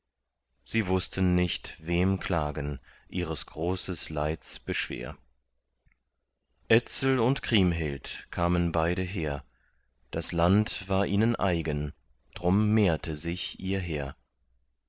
sie wußten nicht wem klagen ihres großen leids beschwer etzel und kriemhild kamen beide her das land war ihnen eigen drum mehrte sich ihr heer